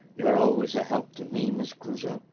you're always a help to me, miss crusoe.